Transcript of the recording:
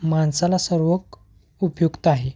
माणसाला सर्व क उपयुक्त आहे